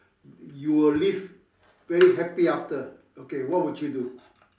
you will live very happy after okay what would you do